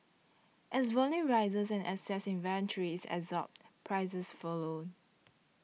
as volume rises and excess inventory is absorbed prices follow